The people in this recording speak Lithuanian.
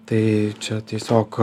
tai čia tiesiog